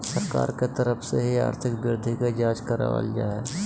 सरकार के तरफ से ही आर्थिक वृद्धि के जांच करावल जा हय